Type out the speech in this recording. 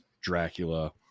Dracula